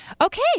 Okay